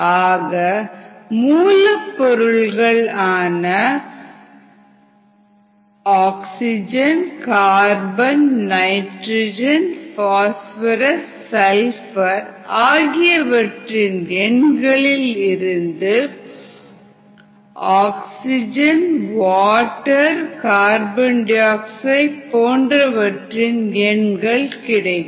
ஆக மூலப்பொருள்கள் ஆன OCNPS ஆகியவற்றின் எண்களில் இருந்து O2 H2O CO2 போன்றவற்றின் எண்கள் கிடைக்கும்